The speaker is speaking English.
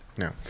No